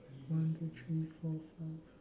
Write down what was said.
one two three four five